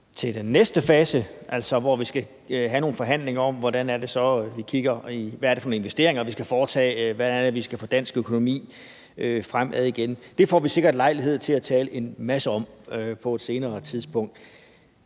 til den næste fase, altså hvor vi skal have nogle forhandlinger om, hvad det er for nogle investeringer, vi skal foretage – hvordan det er, vi skal få dansk økonomi fremad igen. Det får vi sikkert lejlighed til at tale en masse om på et senere tidspunkt.